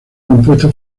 compuesta